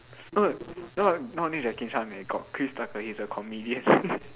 no not not only Jackie Chan eh got Chris Tucker he is a comedian